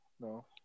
No